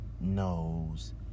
knows